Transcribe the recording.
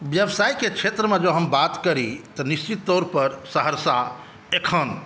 व्यवसायके क्षेत्रमे जँ हम बात करी तऽ निश्चित तौर पर सहरसा एखन